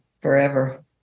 forever